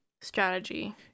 Strategy